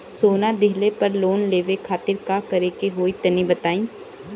सोना दिहले पर लोन लेवे खातिर का करे क होई तनि बताई?